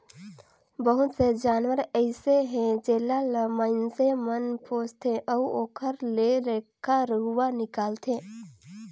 बहुत से जानवर अइसे हे जेला ल माइनसे मन पोसथे अउ ओखर ले रेखा रुवा निकालथे